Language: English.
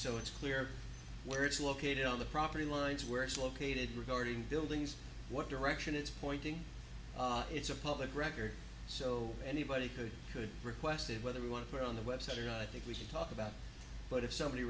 so it's clear where it's located on the property lines where it's located regarding buildings what direction it's pointing it's a public record so anybody could could requested whether we want to put on the website or i think we should talk about but if somebody